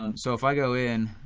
um so if i go in